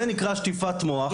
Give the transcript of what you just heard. זה נקרא שטיפת מוח,